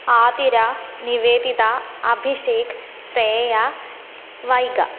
आदिरा निवेदिता अभिषेकः श्रेया वैग